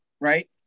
Right